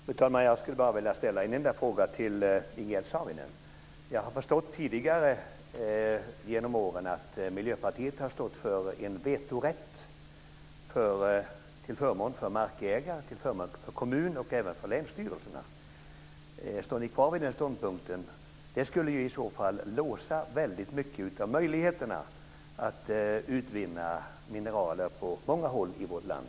Fru talman! Jag skulle bara vilja ställa en enda fråga till Ingegerd Saarinen. Jag har tidigare genom åren förstått att Miljöpartiet har stått för en vetorätt till förmån för markägare, till förmån för kommuner och även till förmån för länsstyrelser. Står ni kvar vid den ståndpunkten? Det skulle i så fall låsa väldigt mycket av möjligheterna att utvinna mineraler på många håll i vårt land.